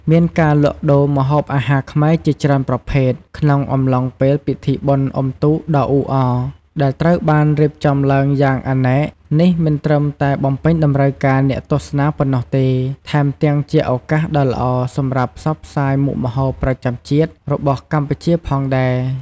មានការលក់ដូរម្ហូបអាហារខ្មែរជាច្រើនប្រភេទ ក្នុងអំឡុងពេលពិធីបុណ្យអុំទូកដ៏អ៊ូអរ ដែលត្រូវបានរៀបចំឡើងយ៉ាងអនេក នេះមិនត្រឹមតែបំពេញតម្រូវការអ្នកទស្សនាប៉ុណ្ណោះទេ ថែមទាំងជាឱកាសដ៏ល្អសម្រាប់ផ្សព្វផ្សាយមុខម្ហូបប្រចាំជាតិរបស់កម្ពុជាផងដែរ។